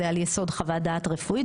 זה על יסוד חוות דעת רפואית,